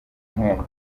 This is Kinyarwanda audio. nkombo